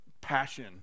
passion